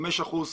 חמישה אחוזים,